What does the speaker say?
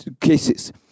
cases